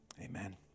Amen